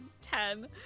ten